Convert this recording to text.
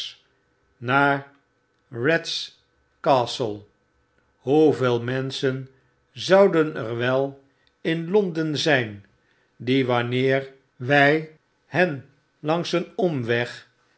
naar rats castle hoeveel menschen zouden er wel in londen zijn die wanneer wy hen langs een omweg